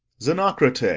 zenocrate,